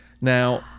Now